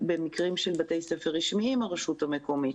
במקרים של בתי ספר רשמיים הרשות המקומית.